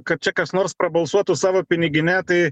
kad čia kas nors prabalsuotų savo pinigine tai